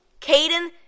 Caden